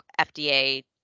FDA